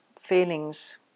feelings